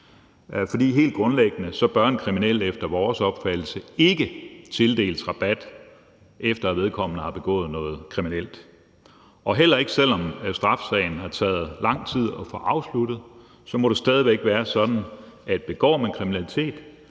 For helt grundlæggende bør en kriminel efter vores opfattelse ikke tildeles rabat, efter at vedkommende har begået noget kriminelt – heller ikke selv om straffesagen har taget lang tid at få afsluttet. Det må stadig væk være sådan, at begår man kriminalitet,